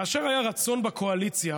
כאשר היה רצון בקואליציה,